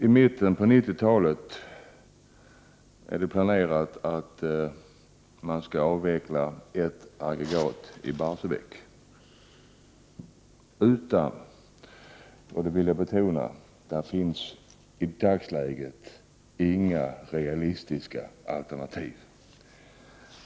I mitten av 1990-talet skall man, enligt vad som är planerat, avveckla ett aggregat vid Barsebäck utan att det i dagsläget — det vill jag betona — finns några realistiska alternativ.